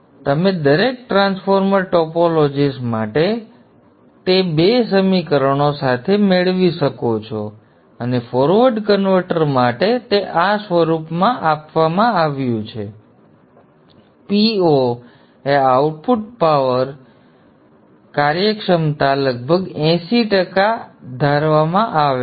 તેથી તમે દરેક ટ્રાન્સફોર્મર ટોપોલોજીસ માટે તે બે સમીકરણો સાથે મેળવી શકો છો અને ફોરવર્ડ કન્વર્ટર માટે તે આ સ્વરૂપમાં આપવામાં આવ્યું છે Po એ આઉટપુટ પાવર Ap Po11η√2KwJfsBm કાર્યક્ષમતા લગભગ એંસી ટકા ધારવામાં આવે છે